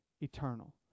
eternal